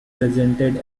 presented